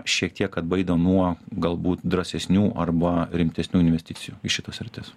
šiek tiek atbaido nuo galbūt drąsesnių arba rimtesnių investicijų į šitas sritis